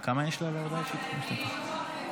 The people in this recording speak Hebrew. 9 והוראת